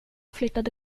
flyttade